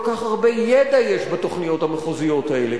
כל כך הרבה ידע יש בתוכניות המחוזיות האלה,